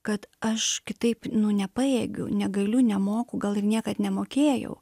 kad aš kitaip nepajėgiu negaliu nemoku gal ir niekad nemokėjau